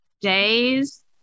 Days